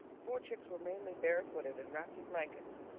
the poor chicks were mainly barefooted and wrapped in blankets.